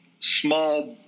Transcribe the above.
small